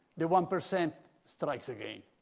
the one percent strikes again.